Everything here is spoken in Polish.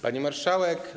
Pani Marszałek!